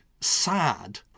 sad